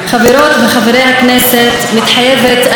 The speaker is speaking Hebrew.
חברות וחברי הכנסת, מתחייבת אני.